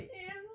yes